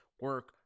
Work